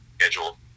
schedule